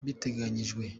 biteganyijwe